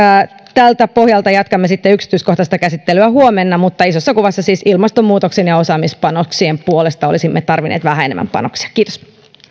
tältä pohjalta jatkamme sitten yksityiskohtaista käsittelyä huomenna mutta isossa kuvassa siis ilmastonmuutoksen ja osaamispanoksien puolesta olisimme tarvinneet vähän enemmän panoksia kiitos